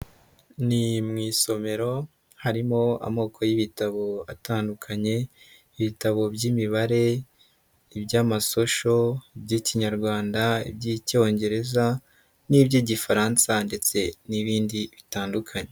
Ni mu isomero, harimo amoko y'ibitabo atandukanye, ibitabo by'imibare, iby'amasosho, iby'ikinyarwanda, iby'icyongereza n'iby'igifaransa ndetse n'ibindi bitandukanye.